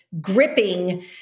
gripping